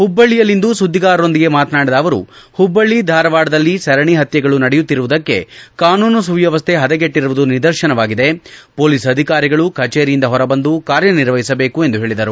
ಪುಬ್ಲಳ್ಳಯಲ್ಲಿಂದು ಸುದ್ದಿಗಾರರೊಂದಿಗೆ ಮಾತನಾಡಿದ ಅವರು ಹುಬ್ಲಳ್ಳಿ ಧಾರವಾಡದಲ್ಲಿ ಸರಣಿ ಹತ್ತೆಗಳು ನಡೆಯುತ್ತಿರುವುದಕ್ಕೆ ಕಾನೂನು ಸುವ್ದವಸ್ಥೆ ಹದಗೆಟ್ಟರುವುದು ನಿದರ್ಶನವಾಗಿದೆ ಹೊಲೀಸ್ ಅಧಿಕಾರಿಗಳು ಕಚೇರಿಯಿಂದ ಹೊರಬಂದು ಕಾರ್ಯನಿರ್ವಹಿಸಬೇಕು ಎಂದು ಹೇಳಿದರು